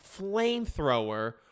flamethrower